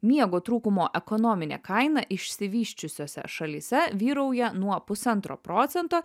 miego trūkumo ekonominė kaina išsivysčiusiose šalyse vyrauja nuo pusantro procento